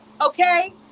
okay